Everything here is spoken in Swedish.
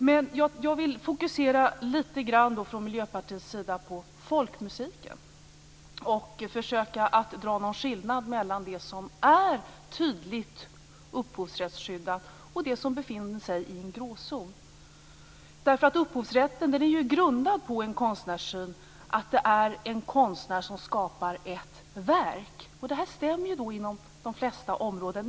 Men från Miljöpartiets sida vill jag fokusera lite grann på folkmusiken och försöka dra någon skillnad mellan det som är tydligt upphovsrättsskyddat och det som befinner sig i en gråzon. Upphovsrätten är grundad på synen att det är en konstnär som skapar ett verk, och det stämmer ju inom de flesta områden.